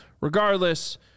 regardless